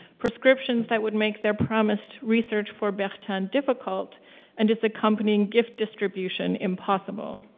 prescriptions that would make their promised research for bertin difficult and his accompanying gift distribution impossible.